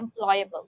employable